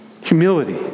Humility